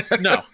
no